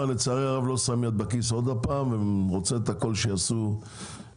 לצערי הרב שוב לא שם יד בכיס ורוצה שאת הכול יעשו דרך